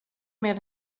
med